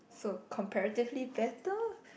so comparatively better